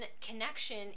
connection